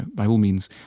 by all means,